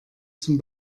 zum